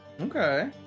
Okay